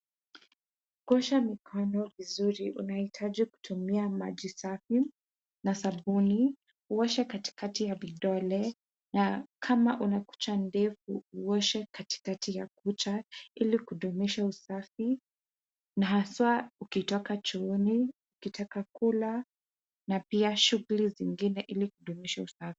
Kuosha mikono vizuri unaitaji kutumia maji safi na sabuni, uoshe katikati ya vidole, na kama una kucha ndefu uoshe katikati ya kucha, ili kudumisha usafi na haswa ukitoka chooni, ukitaka kula, na pia shughuli zingine ili kudumisha usafi.